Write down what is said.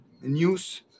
news